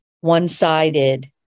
one-sided